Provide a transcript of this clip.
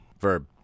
Verb